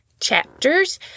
chapters